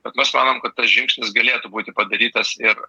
bet mes manom kad tas žingsnis galėtų būti padarytas ir